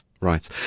Right